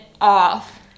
off